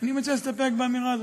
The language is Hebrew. אני מציע להסתפק באמירה הזאת.